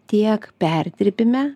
tiek perdirbime